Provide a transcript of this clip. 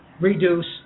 reduce